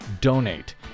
donate